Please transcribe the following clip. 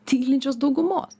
tylinčios daugumos